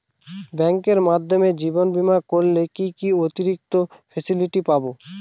ব্যাংকের মাধ্যমে জীবন বীমা করলে কি কি অতিরিক্ত ফেসিলিটি পাব?